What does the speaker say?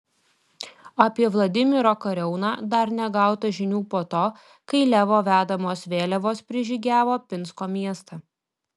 apie vladimiro kariauną dar negauta žinių po to kai levo vedamos vėliavos prižygiavo pinsko miestą